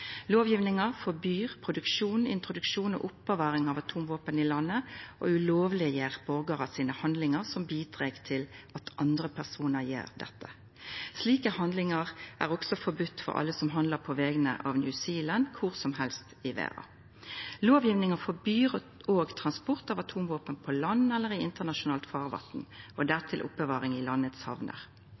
forbyr produksjon, introduksjon og oppbevaring av atomvåpen i landet og gjer handlingane til dei borgarane som bidreg til at andre personar gjer dette, ulovlege. Slike handlingar er også forbodne for alle som handlar på vegner av New Zealand, kor som helst i verda. Lovgjevinga forbyr også transport av atomvåpen på land eller i internasjonalt farvatn, og dertil oppbevaring i